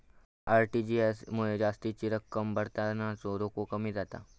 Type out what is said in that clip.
RTGS मुळे जास्तीची रक्कम भरतानाचो धोको कमी जाता